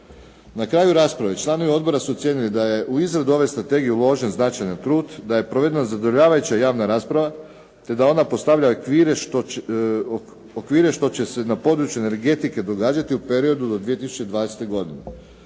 Na kraju rasprave članovi odbora su ocijenili da je u izradu ove strategije uložen značajan trud, da je provedena zadovoljavajuća javna rasprava, te da ona postavlja okvire što će se na području energetike događati u periodu do 2020. godine.